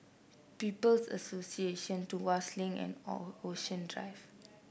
People's Association Tuas Link and Ocean Drive